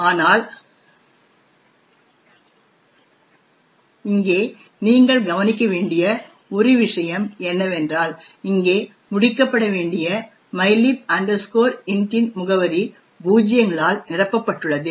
ஆனால் இங்கே நீங்கள் கவனிக்க வேண்டிய ஒரு விஷயம் என்னவென்றால் இங்கே முடிக்கப்பட வேண்டிய mylib int இன் முகவரி பூஜ்ஜியங்களால் நிரப்பப்பட்டுள்ளது